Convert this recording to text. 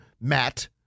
Matt